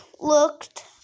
looked